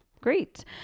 Great